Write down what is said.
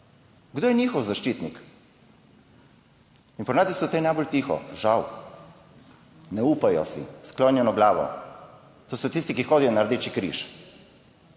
Kdo je njihov zaščitnik? In ponavadi so ti najbolj tiho, žal. Ne upajo si, s sklonjeno glavo. To so tisti, ki hodijo na Rdeči križ